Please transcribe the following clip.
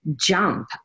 jump